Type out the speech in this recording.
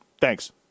Thanks